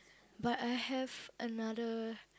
but I have another